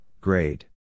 grade